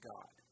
God